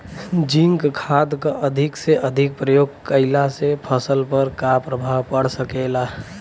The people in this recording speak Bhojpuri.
जिंक खाद क अधिक से अधिक प्रयोग कइला से फसल पर का प्रभाव पड़ सकेला?